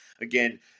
Again